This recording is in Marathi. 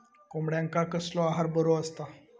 कोंबड्यांका कसलो आहार बरो असता?